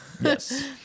yes